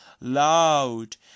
loud